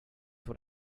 what